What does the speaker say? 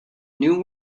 new